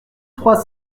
trois